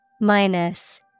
Minus